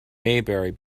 maybury